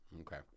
okay